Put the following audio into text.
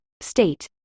state